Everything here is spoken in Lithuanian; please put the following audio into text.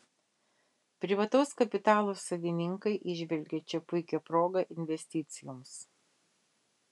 privataus kapitalo savininkai įžvelgia čia puikią progą investicijoms